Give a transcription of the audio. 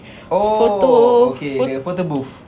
photo photo